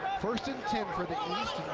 first and ten for the